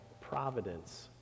providence